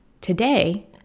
Today